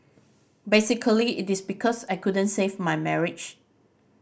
basically it is because I couldn't save my marriage